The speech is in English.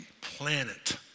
planet